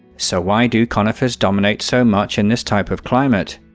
so why do conifers dominate so much in this type of climate?